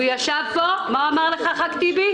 הוא ישב פה ואמר לחבר הכנסת טיבי.